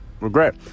regret